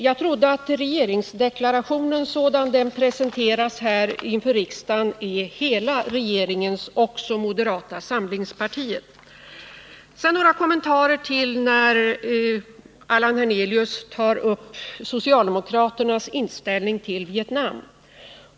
Jag trodde att regeringsdeklarationen sådan den presenterats här inför riksdagen är hela regeringens, också moderata samlingspartiets. Sedan några kommentarer till det Allan Hernelius tog upp om socialdemokraternas inställning till Vietnam.